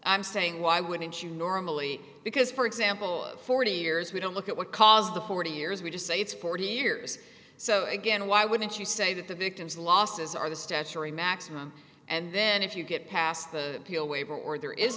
i'm saying why wouldn't you normally because for example forty years we don't look at what caused the forty years we just say it's forty years so again why wouldn't you say that the victim's losses are the statutory maximum and then if you get past the peel waiver or there is